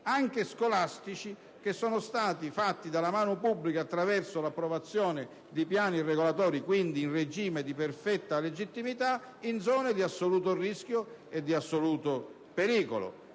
e scolastici che sono stati fatti dalla mano pubblica attraverso l'approvazione di piani regolatori, quindi in regime di perfetta legittimità, in zone di assoluto rischio e pericolo.